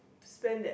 spend that